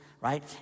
right